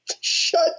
Shut